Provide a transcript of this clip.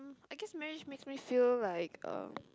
I guess marriage makes me feel like um